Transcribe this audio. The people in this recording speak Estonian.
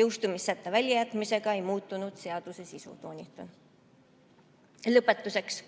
Jõustumissätte väljajätmisega ei muutunud seaduse sisu, toonitan. Lõpetuseks.